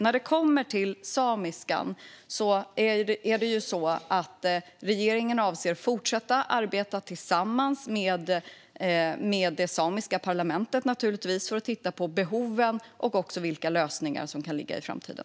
När det kommer till samiskan avser regeringen att fortsätta arbeta tillsammans med det samiska parlamentet för att titta på behoven och vilka lösningar som kan finnas i framtiden.